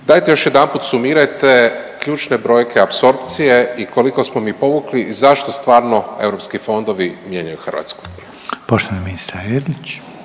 Dajte još jedanput sumirajte ključne brojke apsorpcije i koliko smo mi povukli i zašto stvarno europski fondovi mijenjaju Hrvatsku? **Reiner,